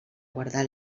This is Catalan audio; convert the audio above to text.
guardar